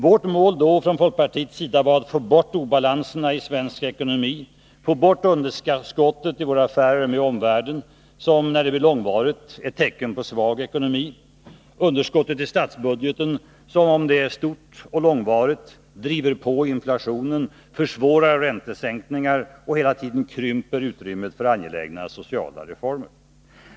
Vårt mål från folkpartiets sida var då att få bort obalanserna i svensk ekonomi, att få bort underskottet i våra affärer med omvärlden, som, när det blir långvarigt, är ett tecken på en svag ekonomi, och att få bort underskottet i statsbudgeten, som, om det är stort och långvarigt, driver på inflationen, försvårar räntesänkningar och hela tiden krymper utrymmet för angelägna sociala reformer.